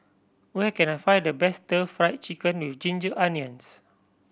where can I find the best Stir Fried Chicken With Ginger Onions